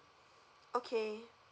okay